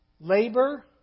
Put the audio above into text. labor